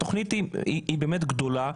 התכנית היא באמת גדולה.